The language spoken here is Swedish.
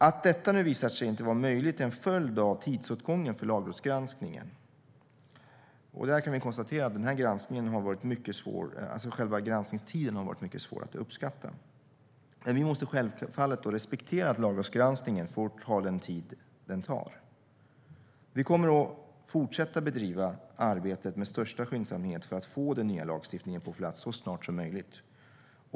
Att detta nu inte visar sig möjligt är en följd av tidsåtgången för lagrådsgranskningen. Vi kan konstatera att granskningstiden har varit mycket svår att uppskatta. Vi måste självfallet respektera att lagrådsgranskningen tar den tid den tar. Vi kommer dock att fortsätta bedriva arbetet med största skyndsamhet för att få den nya lagstiftningen på plats så snart som möjligt.